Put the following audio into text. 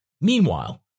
Meanwhile